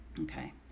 Okay